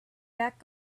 back